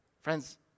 Friends